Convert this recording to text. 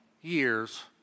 years